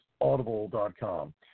Audible.com